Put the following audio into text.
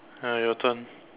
ah your turn